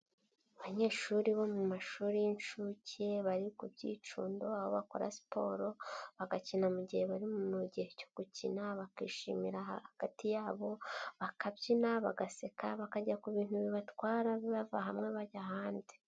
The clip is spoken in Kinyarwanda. Abanyeshuri bo mu mashuri y'inshuke, bari ku byicundo aho bakora siporo bagakina mu gihe bari mu gihe cyo gukina bakishimira hagati yabo akabyina, bagaseka, bakajya ku bintu bibatwara bava hamwe bajya ahandi